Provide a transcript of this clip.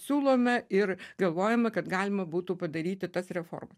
siūlome ir galvojame kad galima būtų padaryti tas reforma